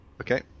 Okay